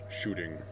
shooting